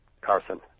Carson